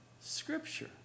scripture